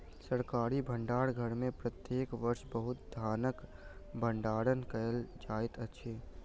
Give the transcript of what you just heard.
सरकारी भण्डार घर में प्रत्येक वर्ष बहुत धानक भण्डारण कयल जाइत अछि